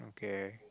okay